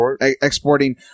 exporting